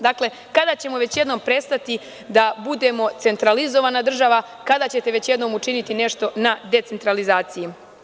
Dakle, kada ćemo već jednom prestati da budemo centralizovana država, kada ćete već jednom učiniti nešto na decentralizaciji.